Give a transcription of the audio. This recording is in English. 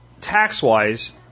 tax-wise